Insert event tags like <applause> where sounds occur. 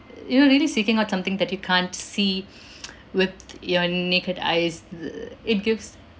you know really seeking out something that you can't see <noise> with your n~ naked eyes <noise> it gives